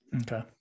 okay